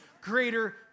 greater